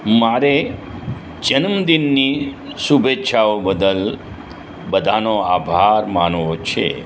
મારે જન્મદિનની શુભેચ્છાઓ બદલ બધાનો આભાર માનવો છે